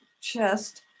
chest